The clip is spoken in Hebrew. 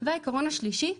והעיקרון השלישי,